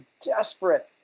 desperate